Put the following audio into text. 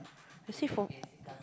let's say for